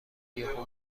یهو